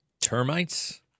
Termites